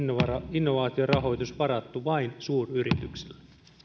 innovaatiorahoitus on varattu vain suuryrityksille